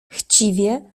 chciwie